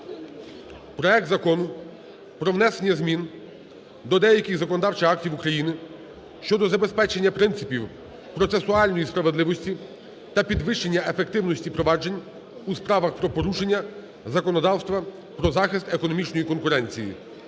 проект Закону про внесення змін до деяких законодавчих актів України щодо забезпечення принципів процесуальної справедливості та підвищення ефективності проваджень у справах про порушення законодавства про захист економічної конкуренції